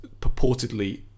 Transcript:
purportedly